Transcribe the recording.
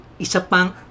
isapang